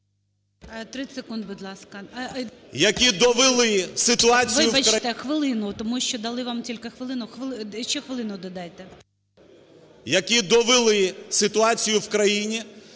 Які довели ситуацію в країні